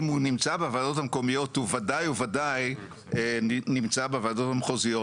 אם הוא נמצא בוועדות המקומיות וודאי וודאי נמצא בוועדות המחוזיות.